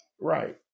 Right